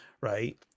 right